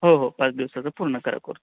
हो हो पाच दिवसांचा पूर्ण करा कोर्स